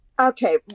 Okay